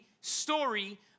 story